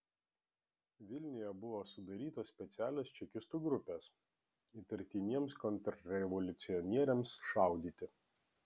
vilniuje buvo sudarytos specialios čekistų grupės įtartiniems kontrrevoliucionieriams šaudyti